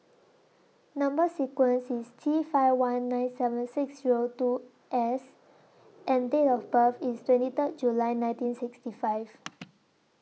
Number sequence IS T five one nine seven six Zero two S and Date of birth IS twenty Third July nineteen sixty five